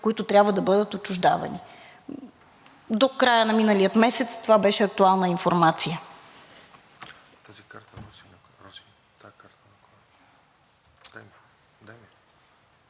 които трябва да бъдат отчуждавани. До края на миналия месец това беше актуална информация.